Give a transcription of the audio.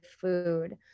food